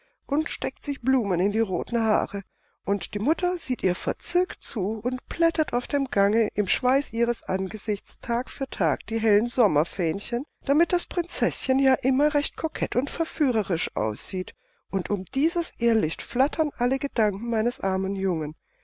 und steckt sich blumen in die roten haare und die mutter sieht ihr verzückt zu und plättet auf dem gange im schweiß ihres angesichts tag für tag die hellen sommerfähnchen damit das prinzeßchen ja immer recht kokett und verführerisch aussieht und um dieses irrlicht flattern alle gedanken meines armen jungen